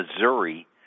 Missouri